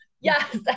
Yes